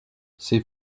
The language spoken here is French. ces